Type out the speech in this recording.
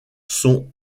sont